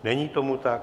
Není tomu tak.